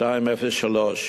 2.09 שעות.